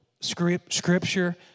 Scripture